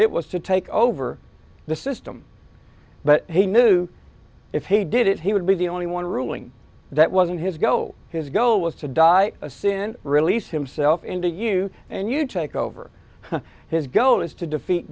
it was to take over the system but he knew if he did it he would be the only one ruling that wasn't his go his goal was to die a sin release himself into you and you take over his goal is to defeat